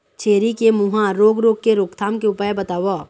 छेरी के मुहा रोग रोग के रोकथाम के उपाय बताव?